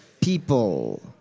people